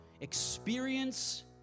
experience